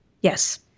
Yes